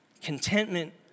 Contentment